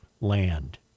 land